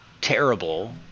terrible